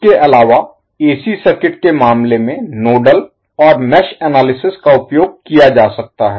इसके अलावा AC circuit के मामले में नोडल और मेष एनालिसिस विश्लेषण Analysis का उपयोग किया जा सकता है